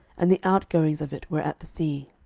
and the outgoings of it were at the sea